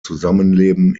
zusammenleben